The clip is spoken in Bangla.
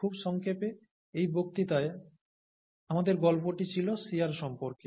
খুব সংক্ষেপে এই বক্তৃতায় আমাদের গল্পটি ছিল শিয়ার সম্পর্কে